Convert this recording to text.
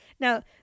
Now